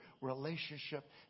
relationship